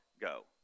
go